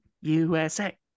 usa